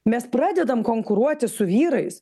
mes pradedam konkuruoti su vyrais